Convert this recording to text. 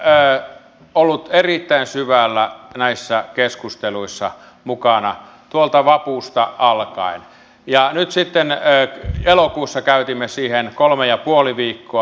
olen ollut erittäin syvällä mukana näissä keskusteluissa tuolta vapusta alkaen ja nyt sitten elokuussa käytimme siihen kolme ja puoli viikkoa